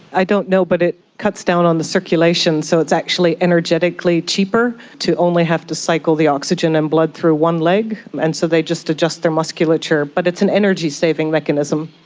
i don't know, but it cuts down on the circulation, so it's actually energetically cheaper to only have to cycle the oxygen and blood through one leg, and so they just adjust their musculature, but it's it's an energy saving mechanism.